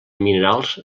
minerals